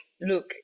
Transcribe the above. look